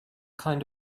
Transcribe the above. kind